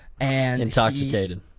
Intoxicated